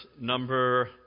number